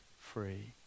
free